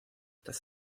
das